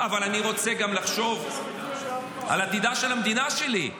אבל אני רוצה גם לחשוב על עתידה של המדינה שלי,